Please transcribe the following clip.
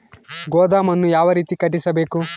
ಗೋದಾಮನ್ನು ಯಾವ ರೇತಿ ಕಟ್ಟಿಸಬೇಕು?